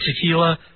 tequila